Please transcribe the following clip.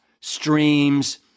streams